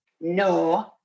No